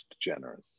generous